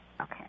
Okay